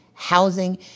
Housing